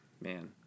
man